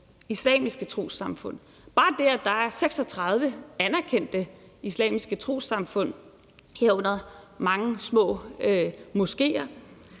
islamiske trossamfund. Bare det, at der er 36 anerkendte islamiske trossamfund, herunder mange små moskéer,